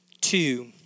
two